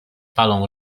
palą